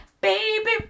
Baby